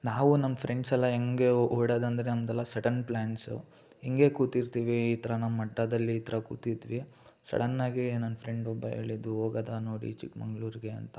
ನಾವು ನಮ್ಮ ಫ್ರೆಂಡ್ಸೆಲ್ಲ ಹಂಗೆ ಹೋಗೋದಂದ್ರೆ ನಮ್ಮದೆಲ್ಲ ಸಡನ್ ಪ್ಲ್ಯಾನ್ಸು ಹಿಂಗೇ ಕೂತಿರ್ತೀವಿ ಈ ಥರ ನಮ್ಮ ಅಡ್ಡಾದಲ್ಲಿ ಈ ಥರ ಕೂತಿದ್ವಿ ಸಡನ್ನಾಗಿ ನನ್ನ ಫ್ರೆಂಡ್ ಒಬ್ಬ ಹೇಳಿದ್ದು ಹೋಗೋದಾ ನೋಡಿ ಚಿಕ್ಕಮಗಳೂರಿಗೆ ಅಂತ